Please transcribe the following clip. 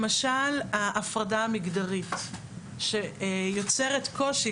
למשל ההפרדה המגדרית שיוצרת קושי,